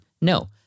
No